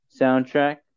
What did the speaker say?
soundtrack